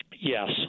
Yes